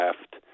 left